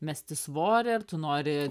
mesti svorį ar tu nori